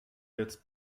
jetzt